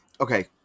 okay